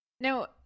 Now